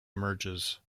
emerges